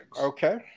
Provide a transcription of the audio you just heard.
okay